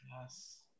Yes